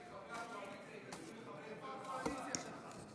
איפה הקואליציה שלך?